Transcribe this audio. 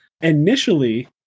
initially